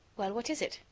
well, what is it?